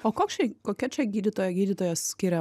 o koks čia kokia čia gydytoja gydytojas skiria